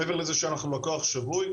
שמעבר לזה שאנחנו לקוח שגוי,